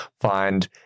find